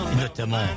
notamment